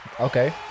Okay